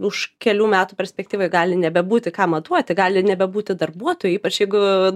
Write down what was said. už kelių metų perspektyvoj gali nebebūti ką matuoti gali nebebūti darbuotojų ypač jeigu